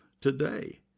today